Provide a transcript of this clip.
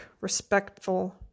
respectful